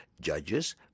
judges